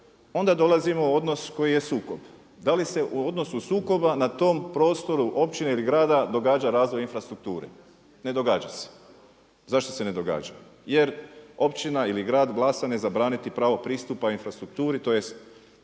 onda dolazimo u odnos koji je sukob. Da li se u odnosu sukoba na tom prostoru općine ili grada događa razvoj infrastrukture? Ne događa se. Zašto se ne događa? Jer općina ili grad …/Govornik se ne razumije./… je zabraniti pravo pristupa infrastrukturi tj.